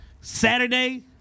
Saturday